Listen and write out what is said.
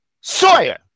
Sawyer